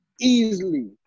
easily